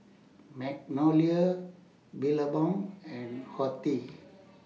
Magnolia Billabong and Horti